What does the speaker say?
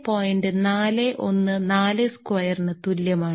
414 സ്ക്വയറിനു തുല്യമാണ്